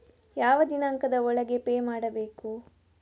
ಯಾವ ದಿನಾಂಕದ ಒಳಗೆ ಪೇ ಮಾಡಬೇಕು?